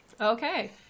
Okay